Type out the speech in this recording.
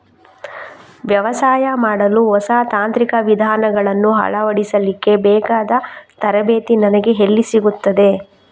ವ್ಯವಸಾಯ ಮಾಡಲು ಹೊಸ ತಾಂತ್ರಿಕ ವಿಧಾನಗಳನ್ನು ಅಳವಡಿಸಲಿಕ್ಕೆ ಬೇಕಾದ ತರಬೇತಿ ನನಗೆ ಎಲ್ಲಿ ಸಿಗುತ್ತದೆ?